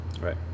Right